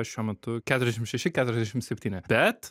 šiuo metu keturiasdešim šeši keturiasdešim septyni bet